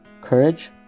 courage